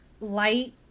light